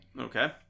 Okay